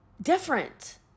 different